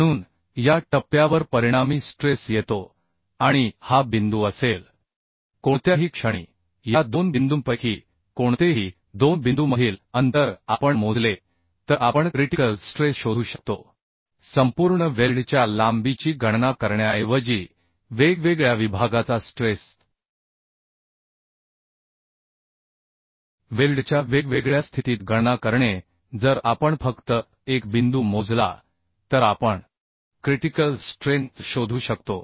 म्हणून या टप्प्यावर परिणामी स्ट्रेस येतो आणि हा बिंदू असेल कोणत्याही क्षणी या दोन बिंदूंपैकी कोणतेही दोन बिंदूमधील अंतर आपण मोजले तर आपण क्रिटिकल स्ट्रेस शोधू शकतो संपूर्ण वेल्डच्या लांबीची गणना करण्याऐवजी वेगवेगळ्या विभागाचा स्ट्रेस वेल्डच्या वेगवेगळ्या स्थितीत गणना करणे जर आपण फक्त एक बिंदू मोजला तर आपण क्रिटिकल स्ट्रेंथ शोधू शकतो